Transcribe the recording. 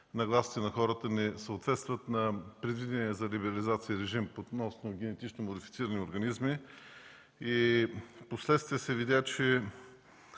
нагласите на хората не съответстват на предвидения за либерализация режим относно генетично модифицираните организми. Впоследствие се видя, че